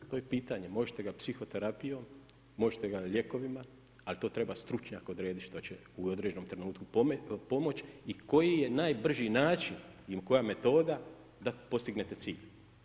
To je pitanje, možete psihoterapijom, možete ga lijekovima, ali to treba stručnjak odrediti što će u određenom trenutku pomoći i koji je najbrži način i koja metoda da postignete cilj.